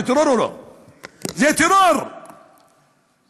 זה טרור או לא?